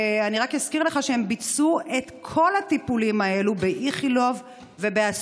אני רק אזכיר לך שהם ביצעו את כל הטיפולים האלה באיכילוב ובאסותא.